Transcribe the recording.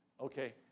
Okay